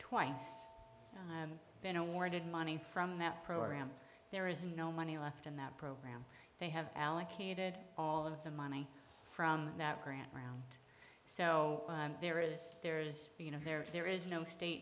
twice been awarded money from that program there is no money left in that program they have allocated all of the money from that grant around so there is there is you know there is there is no state